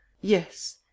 Yes